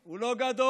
הוא לא גדול.